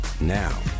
Now